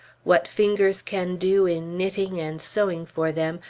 what fingers can do in knitting and sewing for them,